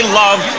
love